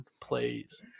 Please